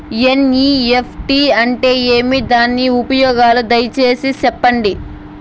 NEFT అంటే ఏమి? దాని ఉపయోగాలు దయసేసి సెప్పండి?